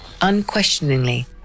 unquestioningly